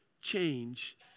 change